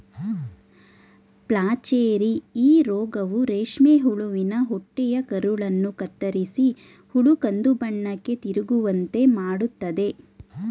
flacherie ಈ ರೋಗವು ರೇಷ್ಮೆ ಹುಳುವಿನ ಹೊಟ್ಟೆಯ ಕರುಳನ್ನು ಕತ್ತರಿಸಿ ಹುಳು ಕಂದುಬಣ್ಣಕ್ಕೆ ತಿರುಗುವಂತೆ ಮಾಡತ್ತದೆ